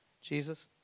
Jesus